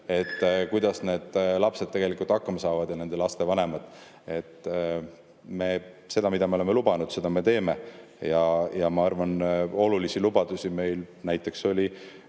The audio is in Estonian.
– kuidas need lapsed tegelikult hakkama saavad ja nende laste vanemad. Me seda, mida oleme lubanud, ka teeme. Ja ma arvan, et üks olulisi lubadusi oli meil näiteks